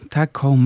taką